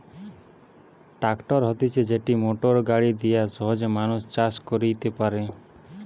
tractor হতিছে যেটি motor গাড়ি দিয়া সহজে মানুষ চাষ কইরতে পারে